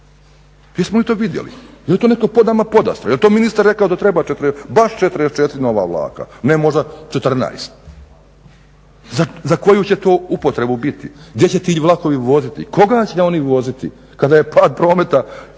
Jesmo li to vidjeli, jeli to nama netko podastro, jeli to ministar rekao da treba baš 44 nova vlaka, ne možda 14? Za koju će to upotrebu biti? Gdje će ti vlakovi voziti? Koga će oni voziti kada je pad prometa